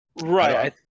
Right